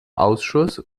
ausschuss